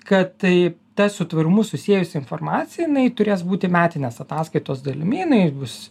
kad tai ta su tvarumu susiejusi informacija jinai turės būti metinės ataskaitos dalimi jinai bus